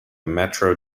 metro